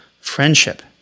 friendship